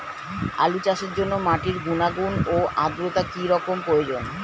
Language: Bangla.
আলু চাষের জন্য মাটির গুণাগুণ ও আদ্রতা কী রকম প্রয়োজন?